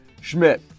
Schmidt